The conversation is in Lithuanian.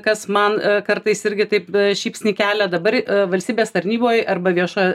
kas man kartais irgi taip šypsnį kelia dabar valstybės tarnyboj arba viešoj